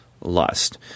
lust